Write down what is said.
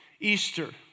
Easter